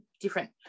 different